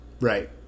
Right